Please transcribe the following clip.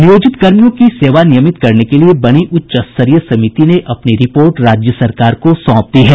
नियोजित कर्मियों की सेवा नियमित करने के लिए बनी उच्च स्तरीय समिति ने अपनी रिपोर्ट राज्य सरकार को सौंप दी है